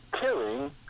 killing